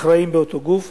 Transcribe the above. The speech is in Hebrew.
אחראים באותו גוף.